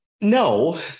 No